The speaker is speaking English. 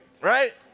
right